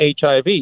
HIV